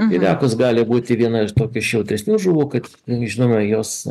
lydekos gali būti viena iš tokių jautresnių žuvų kad žinoma jos